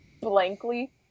Blankly